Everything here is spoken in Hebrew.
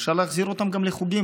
אפשר להחזיר אותם גם לחוגים.